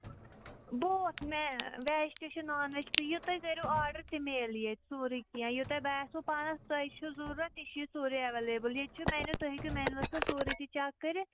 both وٮ۪ج تہِ چھِ نان وٮ۪ج تہِ یہِ تُہۍ کٔرِو آڈَر تہِ میلہِ ییٚتہِ سورُے کیٚنٛہہ یہِ تۄہہِ باسِوٕ پانَس تۄہہِ چھُ ضوٚرتھ تہِ چھِ ییٚتہِ سورُے اٮ۪ویلیبٕل ییٚتہِ چھُ مینِو تُہۍ ہیٚکِو مینوَس پٮ۪ٹھ سورُے تہِ چَک کٔرِتھ